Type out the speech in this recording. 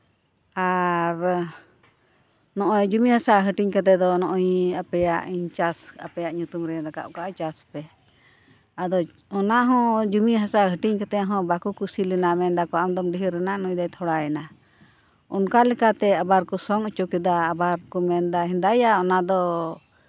ᱟᱨ ᱱᱚᱜᱼᱚᱭ ᱡᱚᱢᱤ ᱦᱟᱥᱟ ᱦᱟᱹᱴᱤᱧ ᱠᱟᱛᱮ ᱫᱚ ᱱᱚᱜᱼᱚᱭ ᱟᱯᱮᱭᱟᱜ ᱤᱧ ᱪᱟᱥ ᱟᱯᱮᱭᱟᱜ ᱧᱩᱛᱩᱢ ᱨᱤᱧ ᱨᱟᱠᱟᱵ ᱠᱟᱜᱼᱟ ᱪᱟᱥ ᱯᱮ ᱟᱫᱚ ᱚᱱᱟ ᱦᱚᱸ ᱡᱚᱢᱤ ᱦᱟᱥᱟ ᱦᱟᱹᱴᱤᱧ ᱠᱟᱛᱮ ᱦᱚᱸ ᱵᱟᱠᱚ ᱠᱩᱥᱤ ᱞᱮᱱᱟ ᱢᱮᱱ ᱫᱟᱠᱚ ᱟᱢ ᱫᱚᱢ ᱰᱷᱮᱨᱱᱟ ᱱᱩᱭ ᱫᱚᱭ ᱛᱷᱚᱲᱟᱭᱮᱱᱟ ᱚᱱᱠᱟ ᱞᱮᱠᱟᱛᱮ ᱟᱵᱟᱨ ᱠᱚ ᱥᱚᱝ ᱦᱚᱪᱚ ᱠᱮᱫᱟ ᱟᱵᱟᱨ ᱠᱚ ᱢᱮᱱᱫᱟ ᱦᱮᱸᱫᱟᱭᱟ ᱚᱱᱟ ᱫᱚ